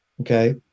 Okay